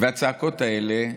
והצעקות האלה,